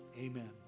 Amen